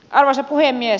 arvoisa puhemies